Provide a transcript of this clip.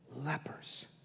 Lepers